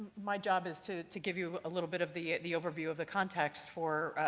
my job is to to give you a little bit of the the overview of the context for,